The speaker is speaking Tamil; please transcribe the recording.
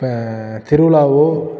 இப்போ திருவிழா